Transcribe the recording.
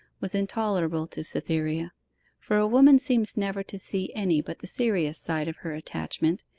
was intolerable to cytherea for a woman seems never to see any but the serious side of her attachment,